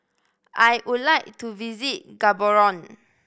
I would like to visit Gaborone